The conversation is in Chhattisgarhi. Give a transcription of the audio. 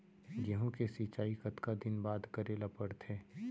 गेहूँ के सिंचाई कतका दिन बाद करे ला पड़थे?